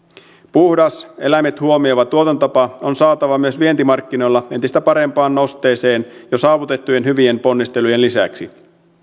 puhdas eläimet huomioiva tuotantotapa on saatava myös vientimarkkinoilla entistä parempaan nosteeseen jo saavutettujen hyvien ponnistelujen lisäksi